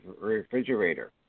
refrigerator